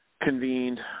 convened